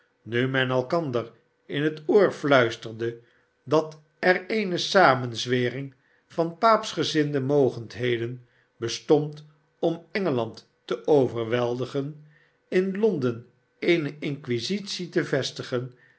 nu men elkander in het oor fluisterde dat er eene samenzwering van paapschgezinde mogendheden bestond om engeland te overweldigen in londen eene inquisitie te yestigen